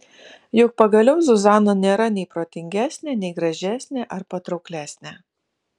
juk pagaliau zuzana nėra nei protingesnė nei gražesnė ar patrauklesnė